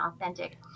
authentic